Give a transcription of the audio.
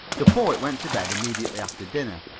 the poet went to bed immediately after dinner,